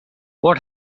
what